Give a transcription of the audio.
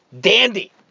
dandy